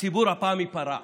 הציבור הפעם ייפרע.